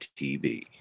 TV